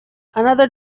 another